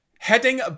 Heading